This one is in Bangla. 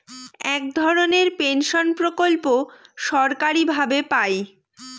এক ধরনের পেনশন প্রকল্প সরকারি ভাবে পাই